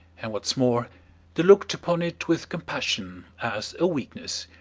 and what's more they looked upon it with compassion as a weakness.